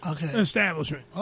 establishment